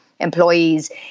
Employees